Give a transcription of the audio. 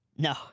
No